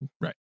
Right